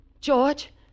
George